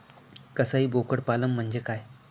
कसाई बोकड पालन म्हणजे काय?